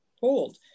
hold